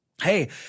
Hey